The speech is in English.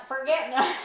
forgetting